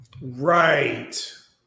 Right